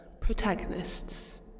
protagonists